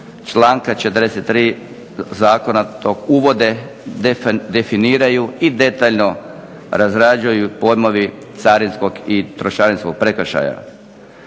članka 43. Zakona uvode, definiraju i detaljno razrađuju pojmovi carinskog i trošarinskog prekršaja.